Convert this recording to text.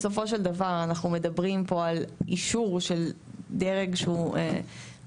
בסופו של דבר אנחנו מדברים פה על אישור של דרג שהוא מאוד